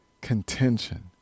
contention